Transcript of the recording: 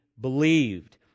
believed